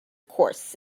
course